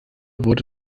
wurde